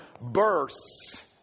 bursts